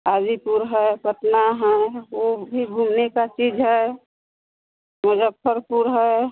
हाजीपुर है पटना है वह भी घूमने की चीज़ है मुज़्ज़फ़्फ़रपुर है